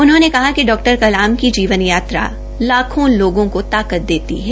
उन्होंने कहा कि डॉ कलाम की जीवन यात्रा लाखों लोगों को ताकत देती है